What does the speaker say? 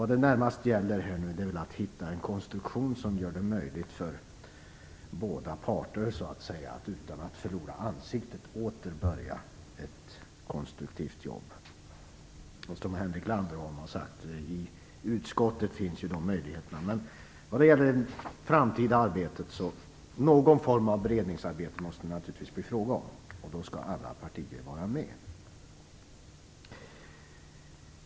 Det gäller nu närmast att finna en konstruktion som gör det möjligt för båda parter, så att säga, att utan att förlora ansiktet åter börja ett konstruktivt jobb. Som Henrik Landerholm har sagt finns det sådana möjligheter i utskottet. I det framtida arbetet måste det bli fråga om någon form av beredningsarbete, och då skall alla partier vara med.